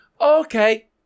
okay